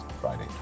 Friday